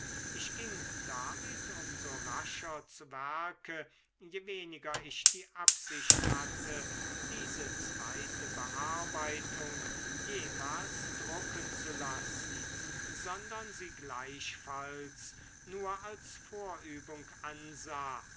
ich ging damit um so rascher zu werke je weniger ich die absicht hatte diese zweite bearbeitung jemals drucken zu lassen sondern sie gleichfalls nur als vorübung ansah